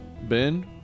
Ben